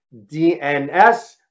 DNS